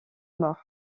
morts